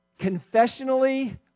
confessionally